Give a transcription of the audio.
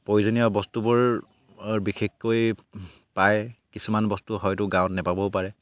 প্ৰয়োজনীয় বস্তুবোৰ বিশেষকৈ পায় কিছুমান বস্তু হয়তো গাঁৱত নেপাবও পাৰে